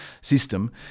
system